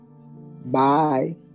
Bye